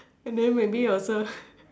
and then maybe also